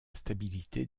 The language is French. stabilité